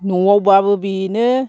न'आवबाबो बेनो